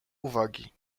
uwagi